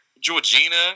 Georgina